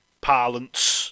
parlance